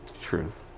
truth